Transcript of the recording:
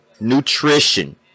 nutrition